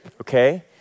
Okay